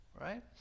Right